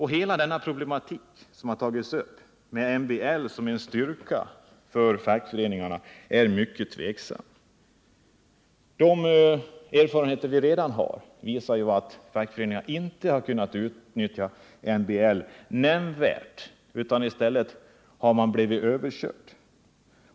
Hela denna problematik som har tagits upp med MBL som en styrka för fackföreningarna är mycket tveksam. De erfarenheter vi redan har visar ju att fackföreningarna inte har kunnat utnyttja MBL nämnvärt, utan i stället har de blivit överkörda.